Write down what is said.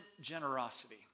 generosity